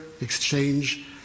exchange